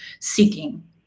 seeking